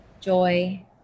joy